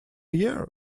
year